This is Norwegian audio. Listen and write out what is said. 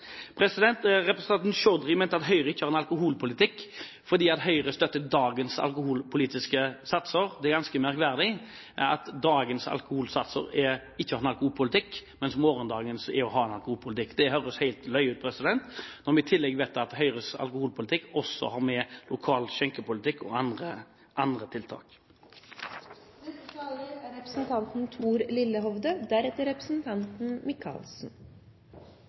Representanten Chaudhry mente at Høyre ikke har noen alkoholpolitikk fordi Høyre støtter dagens alkoholsatser. Det er ganske merkverdig at man med dagens alkoholsatser ikke har noen alkoholpolitikk, mens morgendagens er å ha en alkoholpolitikk. Det høres helt løyent ut når vi i tillegg vet at Høyres alkoholpolitikk også har med lokal skjenkepolitikk og andre tiltak. Vår justispolitikk skal bidra til mer trygghet, mindre kriminalitet og god rettssikkerhet. Derfor er